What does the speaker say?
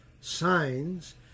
signs